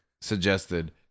suggested